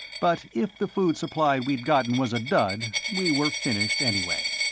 but if the food supply we'd gotten was a dud, we were finished anyway.